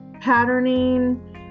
patterning